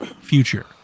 future